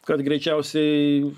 kad greičiausiai